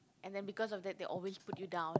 and then because of that they always put you down